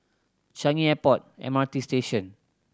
Changi Airport M R T Station